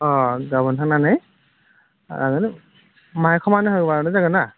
अ गाबोन थांनानै जागोन